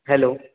hello